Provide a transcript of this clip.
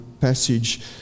passage